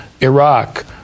Iraq